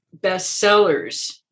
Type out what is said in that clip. bestsellers